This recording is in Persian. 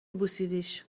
بوسیدیش